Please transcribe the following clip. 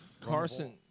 Carson